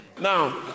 Now